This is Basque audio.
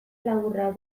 laburra